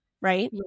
right